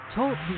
Talk